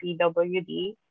PWD